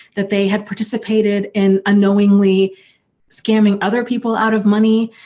that they had participated in unknowingly scamming other people out of money